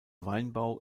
weinbau